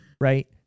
right